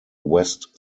west